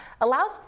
allows